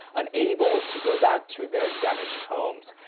unable to go back to their damaged homes.